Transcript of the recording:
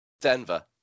Denver